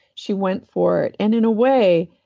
she went for it. and in a way,